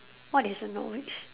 what is a novice